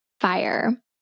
Fire